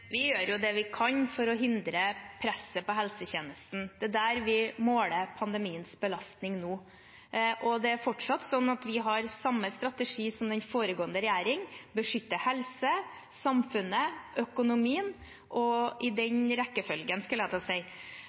Vi gjør det vi kan for å forhindre presset på helsetjenesten. Det er der vi måler pandemiens belastning nå. Det er fortsatt sånn at vi har samme strategi som foregående regjering: beskytte helse, samfunnet, økonomien – i den rekkefølgen, skulle jeg til å si.